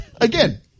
again